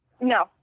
No